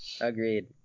agreed